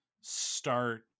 start